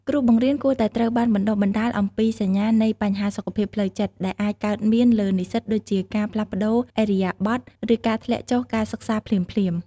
គ្រូបង្រៀនគួរតែត្រូវបានបណ្ដុះបណ្ដាលអំពីសញ្ញានៃបញ្ហាសុខភាពផ្លូវចិត្តដែលអាចកើតមានលើនិស្សិតដូចជាការផ្លាស់ប្តូរឥរិយាបថឬការធ្លាក់ចុះការសិក្សាភ្លាមៗ។